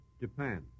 Japan